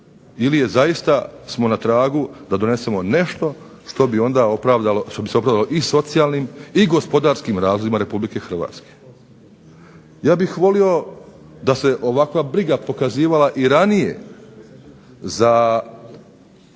ili je zaista smo na tragu da donesemo nešto što bi onda opravdalo, što bi se opravdalo i socijalnim i gospodarskim razlozima Republike Hrvatske? Ja bih volio da se ovakva briga pokazivala i ranije za